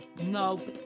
No